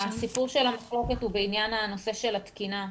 הסיפור של המחלוקת הוא בעניין הנושא של התקינה.